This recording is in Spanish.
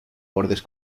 bordes